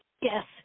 Yes